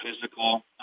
physical